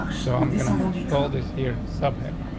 so i'm gonna go this here subheading.